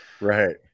Right